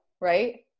right